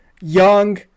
young